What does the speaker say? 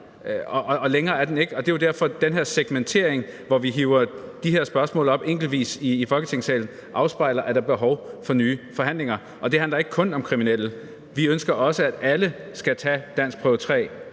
og længere er den ikke. Det er jo derfor, at den her segmentering, hvor vi hiver de her spørgsmål op enkeltvis i Folketingssalen, afspejler, at der er behov for nye forhandlinger. Og det handler ikke kun om kriminelle. Vi ønsker også, at alle skal tage danskprøve 3.